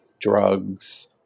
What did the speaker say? drugs